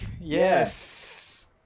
Yes